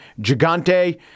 Gigante